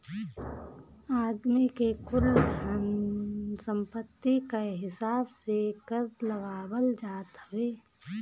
आदमी के कुल धन सम्पत्ति कअ हिसाब से कर लगावल जात हवे